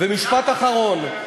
משפט אחרון.